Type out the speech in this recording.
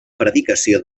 predicació